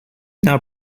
now